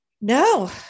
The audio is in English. no